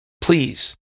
please